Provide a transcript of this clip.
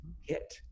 hit